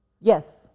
Yes